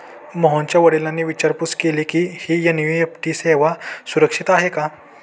मोहनच्या वडिलांनी विचारपूस केली की, ही एन.ई.एफ.टी सेवा सुरक्षित आहे का?